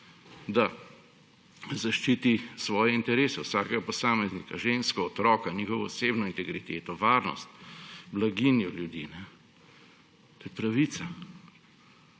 da zaščiti svoje interese vsakega posameznika, ženske, otroka, njihovo osebno integriteto, varnost, blaginjo ljudi – to je pravica!